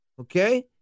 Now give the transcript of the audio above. Okay